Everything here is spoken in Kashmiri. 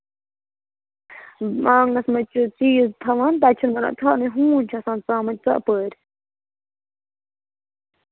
آنٛگنَس منٛز چھِ چیٖز تھاوان تَتہِ چھُو نہٕ بَنان تھاونُے ہوٗنۍ چھِ آسان ژامٕتۍ ژۅپٲرۍ